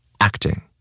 Acting